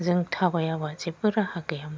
जों थाबायाबा जेबा राहा गैयामोन